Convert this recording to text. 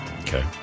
Okay